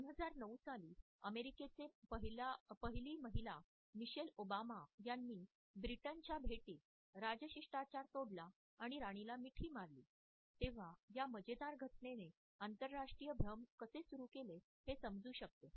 २००९ साली अमेरिकेची पहिली महिला मिशेल ओबामा यांनी ब्रिटनच्या भेटीत राजशिष्टाचार तोडला आणि राणीला मिठी मारली तेव्हा या मजेदार घटनेने आंतरराष्ट्रीय भ्रम कसे सुरू केले हे समजू शकते